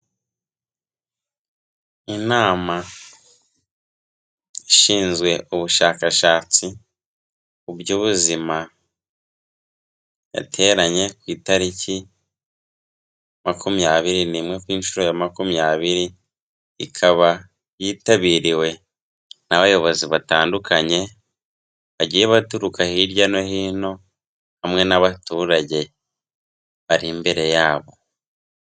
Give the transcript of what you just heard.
Inama ishinzwe ubushakashatsi mu by'ubuzima yateranye ku itariki makumyabiri n'imwe ku inshuro ya makumyabiri, ikaba yitabiriwe n'abayobozi batandukanye bagiye baturuka hirya no hino hamwe n'abaturage bari imbere yabo.